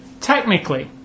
technically